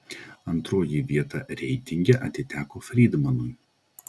antroji vieta reitinge atiteko frydmanui